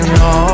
no